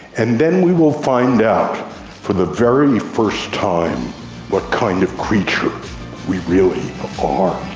and then we will find out for the very first time what kind of creature we really are.